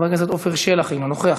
חבר הכנסת עפר שלח, אינו נוכח.